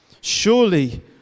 Surely